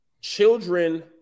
children